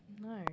no